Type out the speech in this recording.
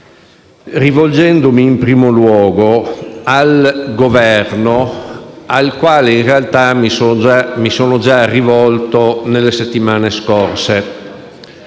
rivolgendomi in primo luogo al Governo, al quale, in realtà, mi sono già rivolto nelle settimane scorse;